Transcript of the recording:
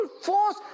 force